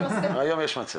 היום יש מצב,